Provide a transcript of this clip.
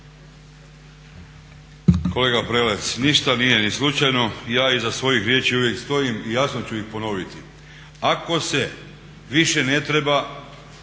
Kolega Prelec, ništa nije ni slučajno, ja iza svojih riječi uvijek stojim i jasno ću ih ponoviti. Ako se više ne treba